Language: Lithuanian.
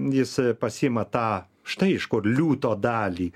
jis pasiima tą štai iš kur liūto dalį